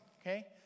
Okay